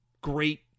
Great